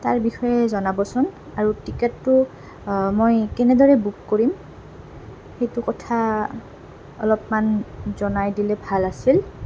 তাৰ বিষয়ে জনাবচোন আৰু টিকেটটো মই কেনেদৰে বুক কৰিম সেইটো কথা অলপমান জনাই দিলে ভাল আছিল